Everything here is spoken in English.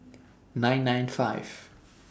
nine nine five